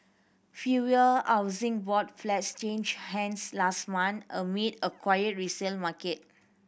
fewer Housing Board flats changed hands last month amid a quiet resale market